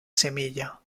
semilla